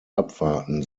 abwarten